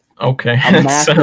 okay